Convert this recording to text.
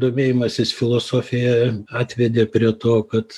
domėjimasis filosofija atvedė prie to kad